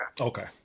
Okay